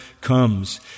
comes